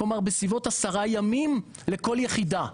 כלומר בסביבות עשרה ימים לכל יחידה,